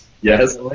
Yes